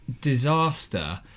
disaster